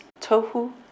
tohu